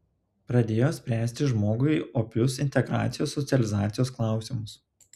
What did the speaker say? pradėjo spręsti žmogui opius integracijos socializacijos klausimus